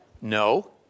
No